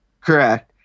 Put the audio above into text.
Correct